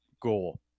goal